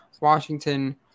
Washington